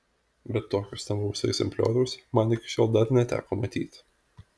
bet tokio stambaus egzemplioriaus man iki šiol dar neteko matyti